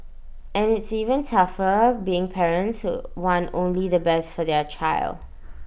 and it's even tougher being parents who want only the best for their child